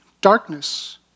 darkness